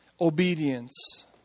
Obedience